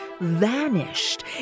vanished